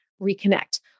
reconnect